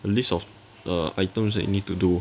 a list of err items that you need to do